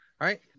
right